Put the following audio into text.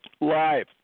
live